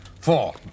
Four